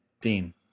Dean